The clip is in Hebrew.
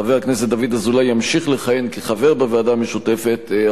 חבר הכנסת דוד אזולאי ימשיך לכהן כחבר בוועדה המשותפת,